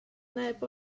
neb